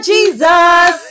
Jesus